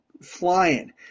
flying